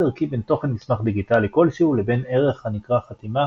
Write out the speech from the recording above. ערכי בין תוכן מסמך דיגיטלי כלשהו לבין ערך הנקרא חתימה